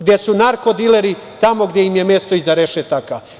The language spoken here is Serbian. gde su narko-dileri tamo gde im je mesto, iza rešetaka.